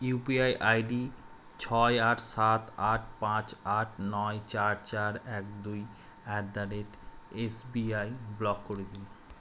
UPI ID ছয় আট সাত আট পাঁচ আট নয় চার চার এক দুই at the rate SBI block করে দিন